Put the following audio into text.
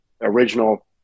original